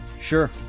Sure